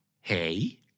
Hey